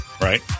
Right